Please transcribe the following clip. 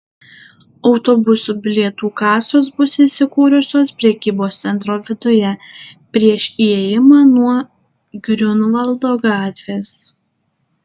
autobusų bilietų kasos bus įsikūrusios prekybos centro viduje prieš įėjimą nuo griunvaldo gatvės